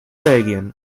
belgien